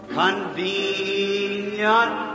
convenient